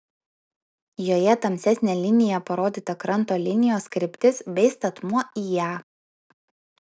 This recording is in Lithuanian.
joje tamsesne linija parodyta kranto linijos kryptis bei statmuo į ją